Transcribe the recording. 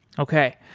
okay.